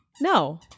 No